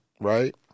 right